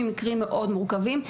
אלה מקרים מאוד מורכבים.